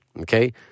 Okay